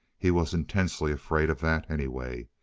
he was intensely afraid of that, anyway.